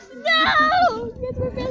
No